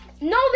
No